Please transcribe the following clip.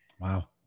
Wow